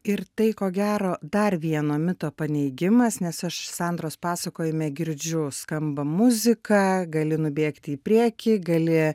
ir tai ko gero dar vieno mito paneigimas nes aš sandros pasakojime girdžiu skamba muzika gali nubėgti į priekį gali